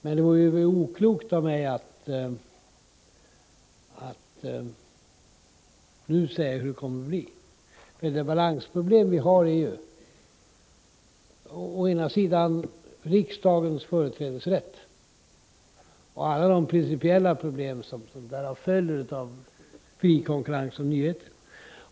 Men det vore oklokt av mig att nu säga hur det kommer att bli. Det finns i detta sammanhang ett balansproblem. Å ena sidan har vi riksdagens företrädesrätt och alla de principiella problem som därav följer när det gäller den fria konkurrensen om nyheter.